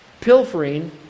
pilfering